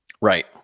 Right